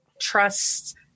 trusts